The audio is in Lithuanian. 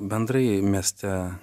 bendrai mieste